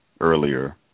earlier